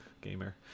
gamer